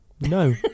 No